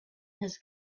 his